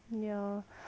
ya